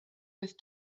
with